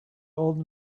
old